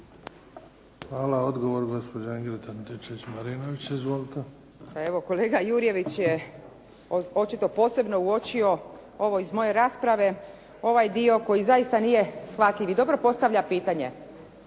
Izvolite. **Antičević Marinović, Ingrid (SDP)** Pa evo kolega Jurjević je očito posebno uočio ovo iz moje rasprave, ovaj dio koji zaista nije shvatljiv i dobro postavlja pitanje